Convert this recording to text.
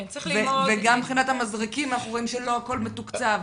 וגם מבחינת המזרקים, אנחנו רואים שלא הכול מתוקצב.